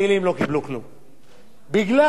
כי צריך לעדכן לגמלאי הקבע,